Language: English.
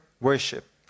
worship